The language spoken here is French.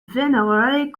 vénérés